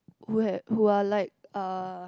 who had who are like uh